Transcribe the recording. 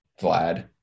Vlad